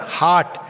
heart